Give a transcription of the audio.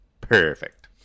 perfect